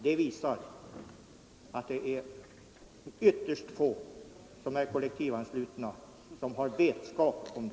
Det visar att det är ytterst få av de kollektivanslutna som har vetskap om det.